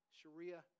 Sharia